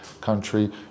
country